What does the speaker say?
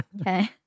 Okay